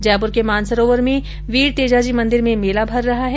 जयपुर के मानसरोवर में वीर तेजाजी मंदिर में मेला भर रहा है